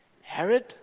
Herod